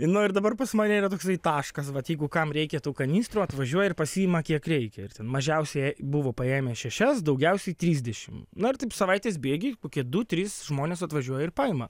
nu ir dabar pas mane yra toksai taškas vat jeigu kam reikia tų kanistrų atvažiuoja ir pasiima kiek reikia ir ten mažiausiai buvo paėmę šešias daugiausiai trisdešim na ir taip savaitės bėgy kokie du trys žmonės atvažiuoja ir paima